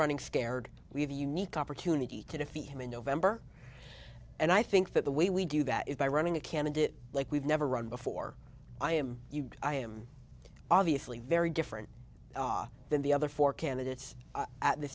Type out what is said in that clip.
running scared we have unique opportunity to defeat him in november and i think that the way we do that is by running a candidate like we've never run before i am i am obviously very different than the other four candidates at th